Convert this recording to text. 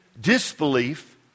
disbelief